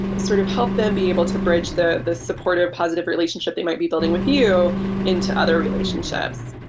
sort of help them be able to bridge the the supportive positive relationship they might be building with you into other relationships.